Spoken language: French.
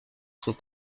sont